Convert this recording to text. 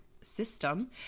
system